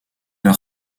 leur